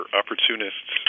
opportunists